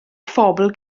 phobl